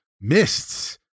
mists